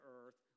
earth